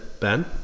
ben